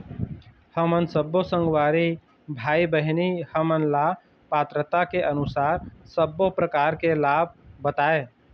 हमन सब्बो संगवारी भाई बहिनी हमन ला पात्रता के अनुसार सब्बो प्रकार के लाभ बताए?